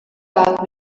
waard